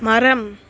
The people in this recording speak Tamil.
மரம்